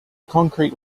concrete